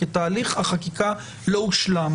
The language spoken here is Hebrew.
כי תהליך החקיקה לא הושלם.